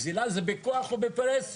גזילה זה בכוח או בפרהסיה.